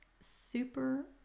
Super